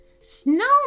Snow